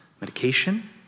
medication